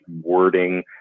wording